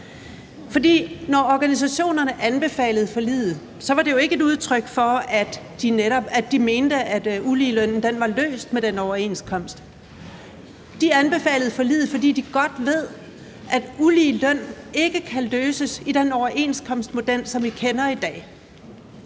når organisationerne anbefalede forliget, var det jo ikke et udtryk for, at de mente, at problemet med uligeløn var løst med den overenskomst. De anbefalede forliget, fordi de godt ved, at problemet med ulige løn ikke kan løses i den overenskomstmodel, som vi kender i dag.